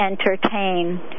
entertain